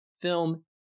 film